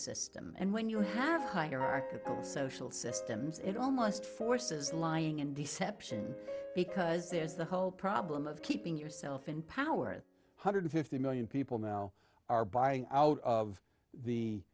system and when you have hierarchical social systems it almost forces lying and deception because there's the whole problem of keeping yourself in power at one hundred fifty million people now are buying out of the